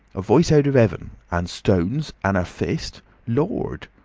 a voice out of heaven! and stones! and a fist lord!